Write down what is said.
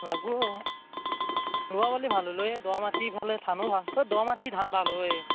লাগবো আৰু ৰুবা পাল্লি ভাল হ'ল হয় এই দ মাটি ইফালে ধানো ভাল তোৰ দ মাটিৰ ধান ভাল হোৱে